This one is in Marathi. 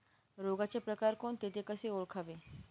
रोगाचे प्रकार कोणते? ते कसे ओळखावे?